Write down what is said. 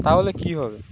তাহলে কী হবে